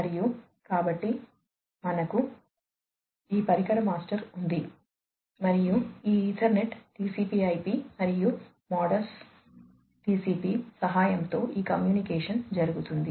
మరియు కాబట్టి మనకు ఈ పరికర మాస్టర్ ఉంది మరియు ఈ ఈథర్నెట్ TCP IP మరియు మోడ్బస్ TCP సహాయంతో ఈ కమ్యూనికేషన్ జరుగుతోంది